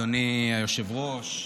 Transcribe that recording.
אדוני היושב-ראש,